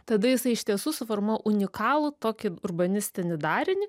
tada jisai iš tiesų suformuoja unikalų tokį urbanistinį darinį